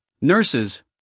nurses